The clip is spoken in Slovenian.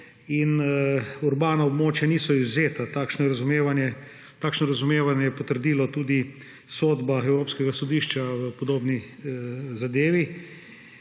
in urbana območja niso izvzeta. Takšno razumevanje je potrdila tudi sodba Evropskega sodišča v podobni zadevi.